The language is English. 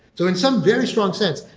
so in some very strong sense,